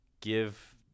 give